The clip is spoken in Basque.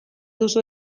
duzu